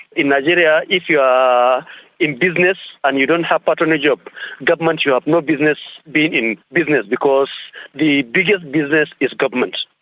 in nigeria, if you are in business and you don't have patronage of government, you have no business being in business, because the biggest business is government.